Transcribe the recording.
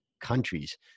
countries